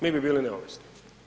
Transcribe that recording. Mi bi bili neovisni.